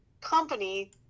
company